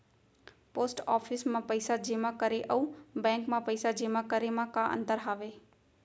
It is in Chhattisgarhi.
पोस्ट ऑफिस मा पइसा जेमा करे अऊ बैंक मा पइसा जेमा करे मा का अंतर हावे